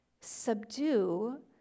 Subdue